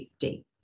50